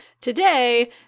today